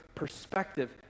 perspective